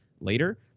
later